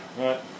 right